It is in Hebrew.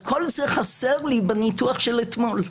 כל זה חסר לי בניתוח של אתמול,